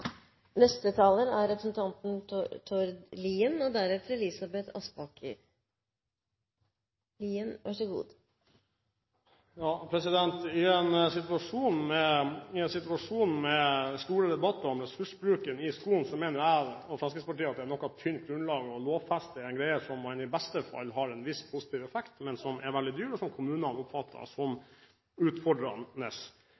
I en situasjon med store debatter om ressursbruken i skolen, mener jeg og Fremskrittspartiet at dette er et noe tynt grunnlag å lovfeste noe på, som i beste fall har en viss positiv effekt, men som er veldig dyr, og som kommunene oppfatter